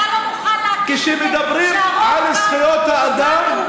אתה לא מוכן להכיר שהרוב כאן הוא גם לאומי.